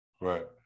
Right